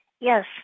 Yes